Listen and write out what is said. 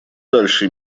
дальше